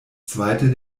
zweite